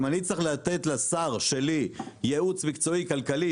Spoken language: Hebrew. אם אני אצטרך לתת לשר שלי ייעוץ מקצועי כלכלי